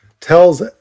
tells